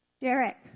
Derek